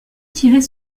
tirait